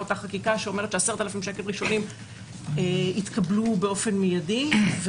אותה חקיקה שאומרת ש-10,000 שקל ראשונים יתקבלו באופן מיידי.